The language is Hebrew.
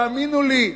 האמינו לי,